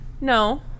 No